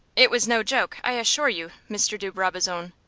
it was no joke, i assure you, mr. de brabazon.